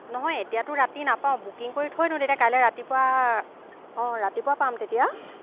নহয় এতিয়াটো ৰাতি নাপাওঁ বুকিং কৰি থৈ দিওঁ তেতিয়া কাইলৈ ৰাতিপুৱা অ' ৰাতিপুৱা পাম তেতিয়া